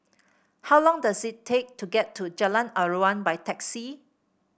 how long does it take to get to Jalan Aruan by taxi